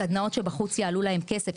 סדנאות שבחוץ יעלו להם כסף,